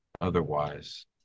otherwise